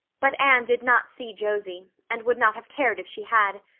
but anne did not see josie, and would not have cared if she had.